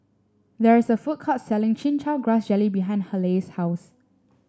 there is a food court selling Chin Chow Grass Jelly behind Haleigh's house